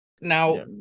Now